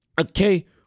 Okay